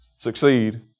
succeed